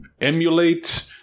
emulate